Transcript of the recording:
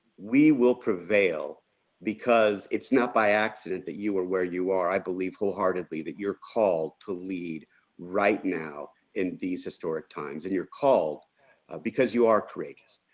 we will prevail because it's not by accident that you are where you are. i believe whole-heartedly that your called to lead right now in these historic times. and you're called because you are courageous.